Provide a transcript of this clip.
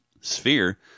sphere